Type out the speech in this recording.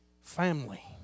family